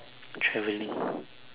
travelling